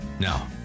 Now